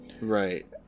Right